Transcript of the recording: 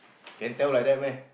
K